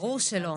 ברור שלא,